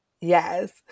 Yes